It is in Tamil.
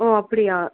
ஓ அப்படியா